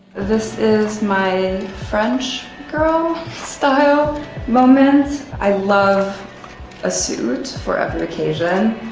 this is my french girl style moment. i love a suit for every occasion.